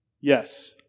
Yes